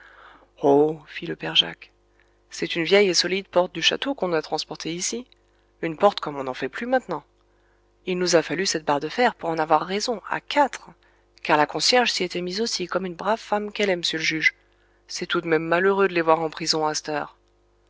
oh fit le père jacques c'est une vieille et solide porte du château qu'on a transportée ici une porte comme on n'en fait plus maintenant il nous a fallu cette barre de fer pour en avoir raison à quatre car la concierge s'y était mise aussi comme une brave femme qu'elle est m'sieur l'juge c'est tout de même malheureux de les voir en prison à